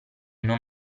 non